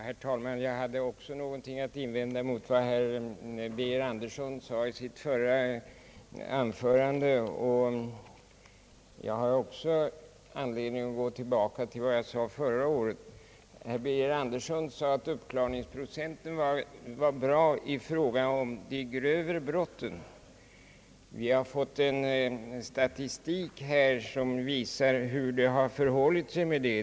Herr talman! Jag har också någonting att invända mot vad herr Birger Andersson anfört i sitt förra anförande, och jag har också anledning att gå tillbaka till vad jag sade förra året. Herr Birger Andersson sade, att »uppklaringsprocenten var tillfredsställande» när det gäller de grövre brotten. Vi har nu fått tillfälle att ta del av statistik, som visar hur det har förhållit sig med den saken.